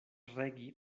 regi